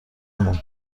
اون